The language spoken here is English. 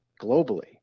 globally